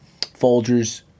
Folgers